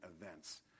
events